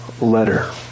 letter